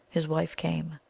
his wife came.